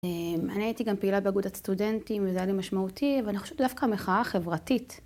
אני הייתי גם פעילה באגודת סטודנטים, וזה היה לי משמעותי, ואני חושבת דווקא המחאה החברתית.